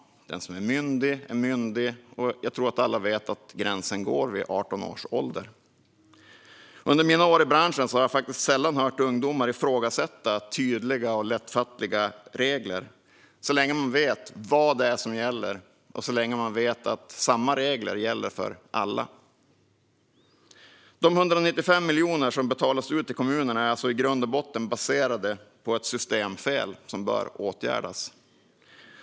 Den som är myndig är myndig. Jag tror att alla vet att gränsen går vid 18 års ålder. Under mina år i branschen har jag sällan hört ungdomar ifrågasätta tydliga och lättfattliga regler så länge man vet vad det är som gäller och så länge man vet att samma regler gäller för alla. De 195 miljoner som betalas ut till kommunerna är alltså i grund och botten baserade på ett systemfel, som bör åtgärdas.